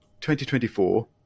2024